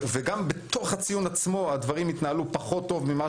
וגם בתוך הציון עצמו הדברים התנהלו פחות טוב ממה